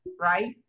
right